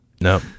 No